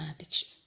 addiction